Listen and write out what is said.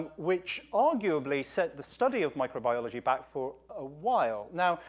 which, arguably, set the study of microbiology back for awhile. now,